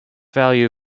value